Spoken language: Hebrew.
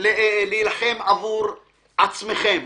להילחם עבור עצמכם.